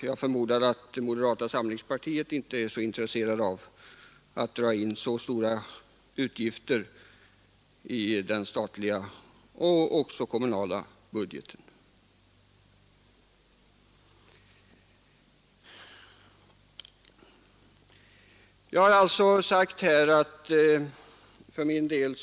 Jag förmodar att moderata samlingspartiet inte är så intresserat av att öka de statliga och kommunala budgetarna med så stora utgifter.